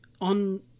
on